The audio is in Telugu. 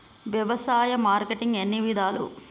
వ్యవసాయ మార్కెటింగ్ ఎన్ని విధాలు?